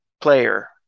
player